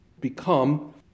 become